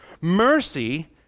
Mercy